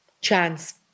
chance